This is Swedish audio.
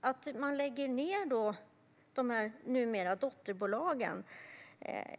Att man lägger ned de här, numera, dotterbolagen